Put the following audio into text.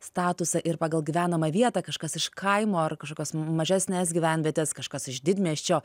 statusą ir pagal gyvenamą vietą kažkas iš kaimo ar kažkokios mažesnės gyvenvietės kažkas iš didmiesčio